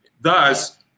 Thus